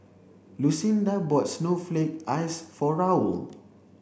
Lucinda bought snowflake ice for Raul